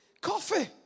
coffee